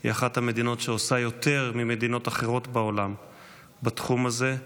היא אחת המדינות שעושות יותר ממדינות אחרות בעולם בתחום הזה.